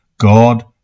God